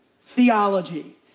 theology